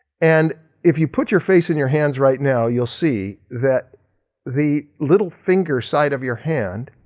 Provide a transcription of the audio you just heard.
and if you put your face in your hands right now you'll see that the little finger side of your hand